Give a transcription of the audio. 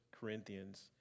Corinthians